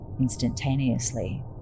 instantaneously